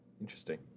Interesting